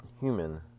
...human